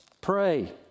Pray